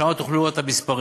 שם תוכלו לראות את המספרים.